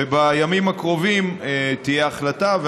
ובימים הקרובים תהיה החלטה,